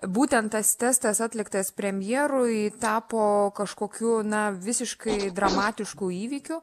būtent tas testas atliktas premjerui tapo kažkokiu na visiškai dramatišku įvykiu